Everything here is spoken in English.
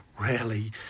rarely